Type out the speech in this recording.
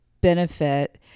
benefit